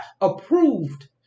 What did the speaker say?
Approved